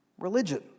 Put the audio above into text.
Religion